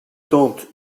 tentent